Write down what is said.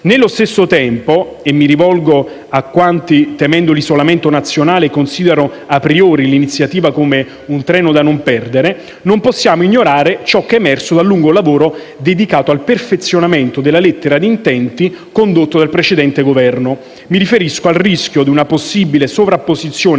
Nello stesso tempo - e mi rivolgo a quanti, temendo l'isolamento nazionale, considerano *a priori* l'iniziativa come un treno da non perdere - non possiamo ignorare ciò che è emerso dal lungo lavoro dedicato al perfezionamento della lettera di intenti condotto dal precedente Governo. Mi riferisco al rischio di una possibile sovrapposizione